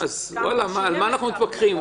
אז על מה אנחנו מתווכחים?